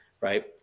right